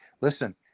listen